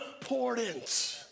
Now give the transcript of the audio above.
important